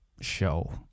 show